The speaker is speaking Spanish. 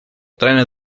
trenes